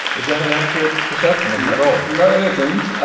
is that an accurate perception of your goal? no, it isn't.